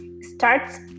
starts